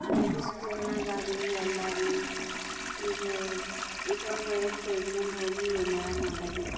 ಎಲ್ಲಿ ಭೀ ಸ್ಕೂಲ್ನಾಗಾಗಲಿ ಎಲ್ಲಾಗಲಿ ಈಗ ಈಗ ಒಂದ್ವೇಳೆ ಸ್ಟೇಜ್ ಮೇಲೆ ಹೋಗಿ ಏನಾರ ಮಾಡೋದಿತ್ತು